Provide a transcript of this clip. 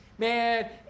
Man